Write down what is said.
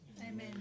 Amen